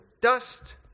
dust